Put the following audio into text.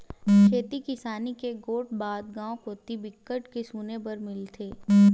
खेती किसानी के गोठ बात गाँव कोती बिकट के सुने बर मिलथे